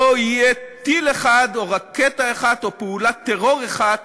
לא יהיה טיל אחד או רקטה אחת או פעולת טרור אחת